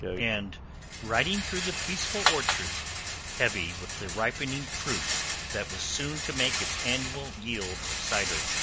and riding through the peaceful orchards heavy with the ripening fruit that was soon to make its annual yield of cider.